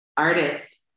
artist